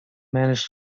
managed